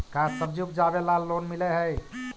का सब्जी उपजाबेला लोन मिलै हई?